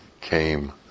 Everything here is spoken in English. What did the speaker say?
came